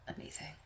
amazing